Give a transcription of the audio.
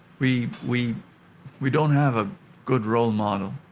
we we we don't have a good role model.